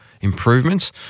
Improvements